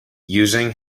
using